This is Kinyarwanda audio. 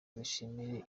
dushimire